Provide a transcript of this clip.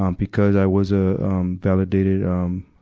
um because i was a, um, validated, um,